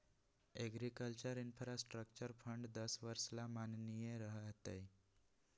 agriculture infrastructure fund दस वर्ष ला माननीय रह तय